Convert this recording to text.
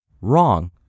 wrong